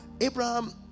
Abraham